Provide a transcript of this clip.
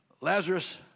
Lazarus